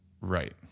right